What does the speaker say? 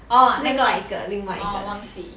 orh 那个 orh 我忘记